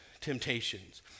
temptations